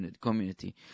community